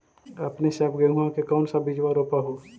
अपने सब गेहुमा के कौन सा बिजबा रोप हू?